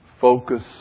Focus